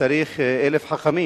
לפעמים אלף חכמים